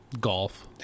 Golf